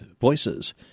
Voices